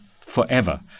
forever